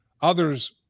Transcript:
Others